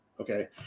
Okay